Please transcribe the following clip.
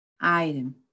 item